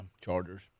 Chargers